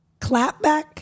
Clapback